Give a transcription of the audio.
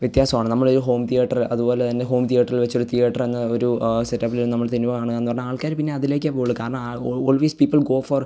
വ്യത്യാസമാണ് നമ്മളൊരു home theatre അതുപോലെത്തന്നെ ഹോം തീയേറ്ററിൽ വെച്ചൊരു തീയേറ്ററെന്ന ഒരു ആ സെറ്റപ്പിൽ നമ്മൾ തരുകയാണെന്ന് പറഞ്ഞാൽ ആൾക്കാർ പിന്നതിലേക്കേ പോവുള്ളൂ കാരണം ഓൾവേസ് പീപ്പിൾ ഗോ ഫോർ